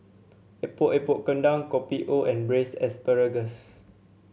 Epok Epok Kentang Kopi O and braise asparagus